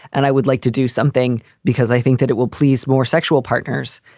and i would like to do something because i think that it will please more sexual partners.